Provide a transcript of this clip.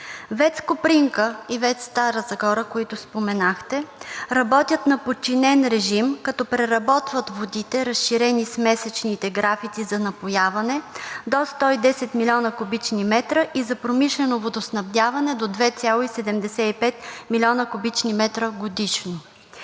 ВЕЦ „Копринка“ и ВЕЦ „Стара Загора“, които споменахте, работят на подчинен режим, като преработват водите, разширени с месечните графици за напояване, до 110 млн. куб. м и за промишлено водоснабдяване – до 2,75 млн. куб. м годишно.